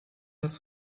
das